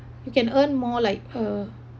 you can earn more like uh